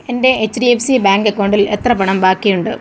എന്റെ H D F C bank അക്കൗണ്ടിൽ എത്ര പണം ബാക്കിയുണ്ട്